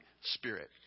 Spirit